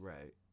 Right